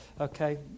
Okay